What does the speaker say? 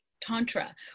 tantra